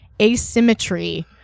asymmetry